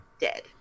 dead